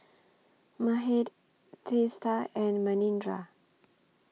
Mahade Teesta and Manindra